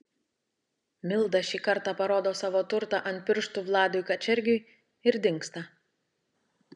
milda šį kartą parodo savo turtą ant pirštų vladui kačergiui ir dingsta